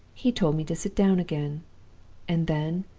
he told me to sit down again and then,